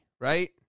right